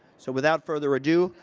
so without further adieu,